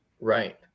Right